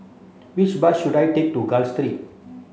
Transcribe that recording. which bus should I take to Gul